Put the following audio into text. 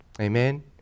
Amen